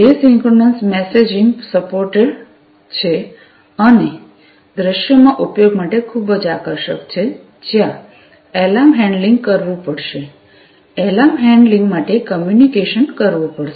asynchronous messaging supported છે અને દૃશ્યોમાં ઉપયોગ માટે ખૂબ જ આકર્ષક છે જ્યાં એલાર્મ હેન્ડલિંગ કરવું પડશે એલાર્મ હેન્ડલિંગ માટે કમ્યુનિકેશન કરવું પડશે